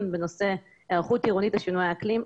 בנושא היערכות עירונית לשינויי האקלים.